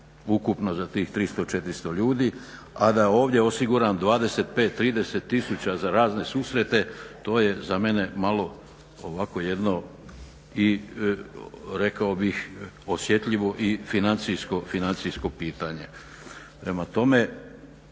ukupno za tih 300, 400 ljudi, a da ovdje osiguram 25, 30 tisuća za razne susrete to je za mene malo ovako jedno rekao bih osjetljivo i financijsko pitanje. Prema tome